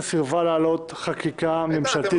סירבה להעלות חקיקה ממשלתית כלשהי -- איתן,